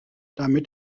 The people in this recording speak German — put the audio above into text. damit